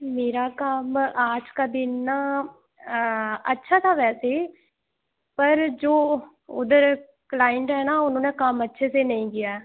मेरा काम आज का दिन ना अच्छा था वैसे पर जो उधर क्लाइंट है ना उन्होने काम अच्छे से नहीं किया